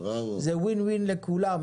זה win win לכולם,